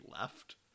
left